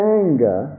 anger